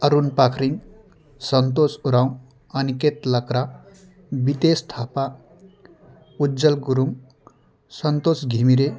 Arun Pakhrin Santosh Uraon Aniket Lakra Bitesh Thapa Ujjwal Gurung Santosh Ghimire